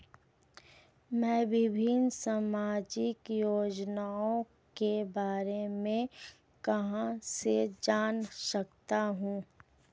मैं विभिन्न सामाजिक योजनाओं के बारे में कहां से जान सकता हूं?